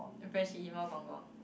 the freshie even gong-gong